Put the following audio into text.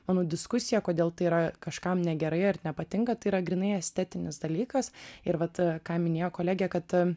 manau diskusija kodėl tai yra kažkam negerai ar nepatinka tai yra grynai estetinis dalykas ir vat ką minėjo kolegė kad